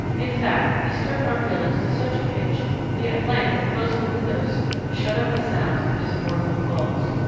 in fact, he stirred our feelings to such a pitch we at length closed the windows to shut out the sounds of his mournful calls.